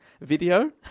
video